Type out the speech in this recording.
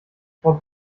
frau